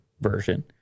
version